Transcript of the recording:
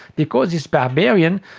because it's barbarian.